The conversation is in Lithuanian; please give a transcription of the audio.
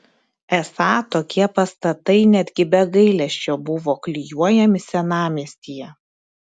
esą tokie pastatai netgi be gailesčio buvo klijuojami senamiestyje